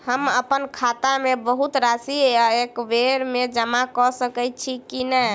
हम अप्पन खाता मे बहुत राशि एकबेर मे जमा कऽ सकैत छी की नै?